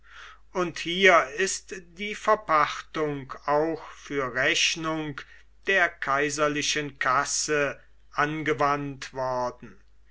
und hier ist die verpachtung auch für rechnung der kaiserlichen kasse angewandt worden